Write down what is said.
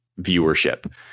viewership